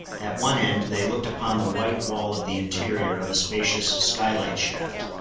at one end they looked upon the white wall of the interior of a spacious sky-light shaft,